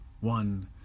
one